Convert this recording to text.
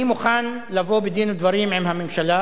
אני מוכן לבוא בדין ודברים עם הממשלה